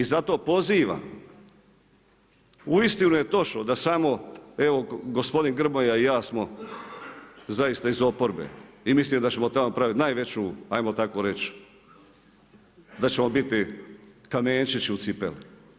I zato pozivam, uistinu je točno da samo evo gospodin Grmoja i ja smo zaista iz oporbe i mislim da ćemo tamo napraviti najveću, ajmo tako reći, da ćemo biti kamenčić u cipeli.